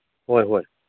ꯍꯣꯏ ꯍꯣꯏ